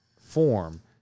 form